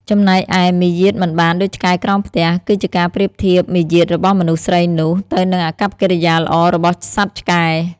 ចំណែកឯ "មាយាទមិនបានដូចឆ្កែក្រោមផ្ទះ" គឺជាការប្រៀបធៀបមារយាទរបស់មនុស្សស្រីនោះ ទៅនឹងអាកប្បកិរិយាល្អរបស់សត្វឆ្កែ។